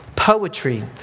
Poetry